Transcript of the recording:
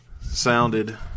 sounded